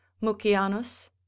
Mucianus